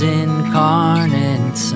incarnate